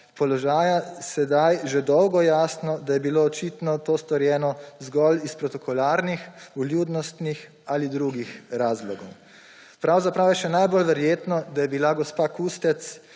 položaja že dolgo jasno, da je bilo očitno to storjeno zgolj iz protokolarnih, vljudnostnih ali drugih razlogov. Pravzaprav je še najbolj verjetno, da je bila gospa Kustec